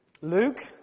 Luke